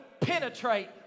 penetrate